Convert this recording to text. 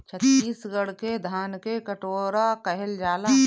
छतीसगढ़ के धान के कटोरा कहल जाला